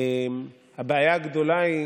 הבעיה הגדולה היא